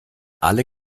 alle